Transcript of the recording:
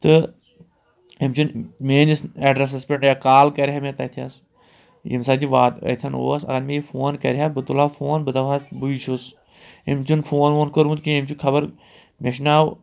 تہٕ أمۍ چھُ نہٕ میٛٲنِس ایٚڈرَسَس پٮ۪ٹھ یا کال کَرِ ہے مےٚ تَتتھَس ییٚمہِ ساتہٕ یہِ وات أتھٮ۪ن اوس اگر مےٚ یہِ فون کَرِ ہے بہٕ تُلہٕ ہا فون بہٕ دَپہٕ ہَس بٕے چھُس أمۍ چھُ نہٕ فون وون کوٚرمُت کیٚنٛہہ أمۍ چھُ خبر مےٚ چھُ ناو